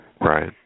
Right